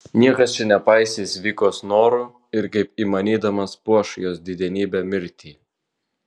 niekas čia nepaisys vikos norų ir kaip įmanydamas puoš jos didenybę mirtį